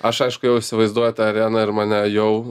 aš aišku jau įsivaizduoju tą areną ir mane jau